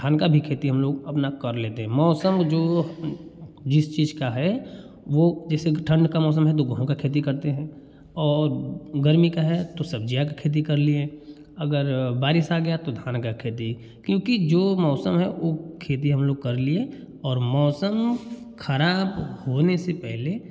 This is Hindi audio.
धान का भी खेती हम लोग अपना कर लेते हैं मौसम जो जिस चीज़ का है वह जैसे की ठंड का मौसम है तो गेहूँ का खेती करते हैं और गर्मी का है तो सब्ज़ियों का खेती कर लिए अगर बारिश आ गया तो धान का खेती क्योंकि जो मौसम है वह खेती हम लोग कर लिए और मौसम ख़राब होने से पहले